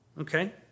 Okay